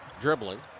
Dribbling